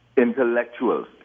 intellectuals